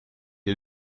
est